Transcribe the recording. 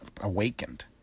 awakened